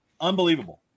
Unbelievable